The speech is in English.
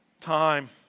time